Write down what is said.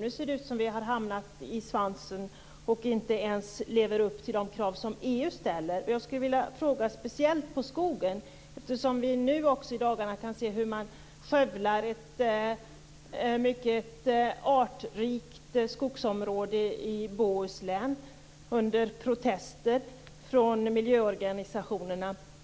Nu ser det ut som om vi har hamnat i svansen och inte ens lever upp till de krav som EU ställer. Jag skulle vilja ställa en fråga när det gäller skogen, eftersom vi i dagarna kan se hur man, under protester från miljöorganisationerna, skövlar ett mycket artrikt område i Bohuslän.